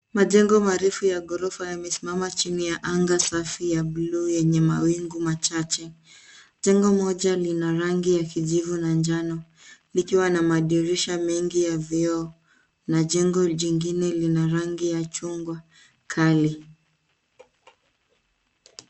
Majengo marefu ya ghorofa yamesimama chini ya anga safi ya blue yenye mawingu machache. Jengo moja lina rangi ya kijivu na njano, likiwa na madirisha mengi ya vioo, na jengo jingine lina rangi ya chungwa, kali.